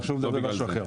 עכשיו מדברים על משהו אחר.